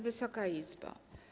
Wysoka Izbo!